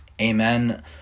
Amen